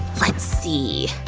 let's see.